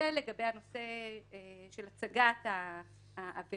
זה לגבי הנושא של הצגת העבירה,